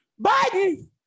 Biden